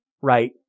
Right